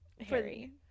harry